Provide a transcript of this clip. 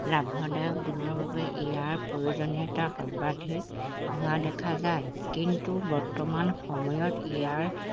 লাভদায়ক গুণৰ বাবে ইয়াৰ প্ৰয়োজনীয়তা সৰ্বাধিক হোৱা দেখা যায় কিন্তু বৰ্তমান সময়ত ইয়াৰ